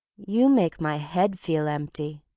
you make my head feel empty,